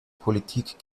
politik